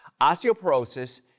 Osteoporosis